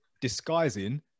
disguising